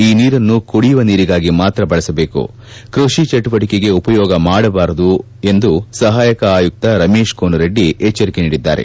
ಈ ನೀರನ್ನು ಕುಡಿಯುವ ನೀರಿಗಾಗಿ ಮಾತ್ರ ಬಳಸದೇಕು ಕೈಷಿ ಚಟುವಟಿಕೆಗೆ ಉಪಯೋಗ ಮಾಡದಂತೆ ಸಪಾಯಕ ಆಯುಕ್ತ ರಮೇಶ್ ಕೋನರೆಡ್ಡಿ ಎಚ್ಚರಿಕೆ ನೀಡಿದ್ದಾರೆ